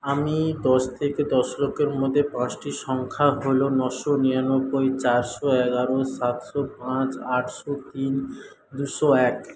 আমি দশ থেকে দশ লক্ষের মধ্যে পাঁচটি সংখ্যা হল নশো নিরানব্বই চারশো এগারো সাতশো পাঁচ আটশো তিন দুশো এক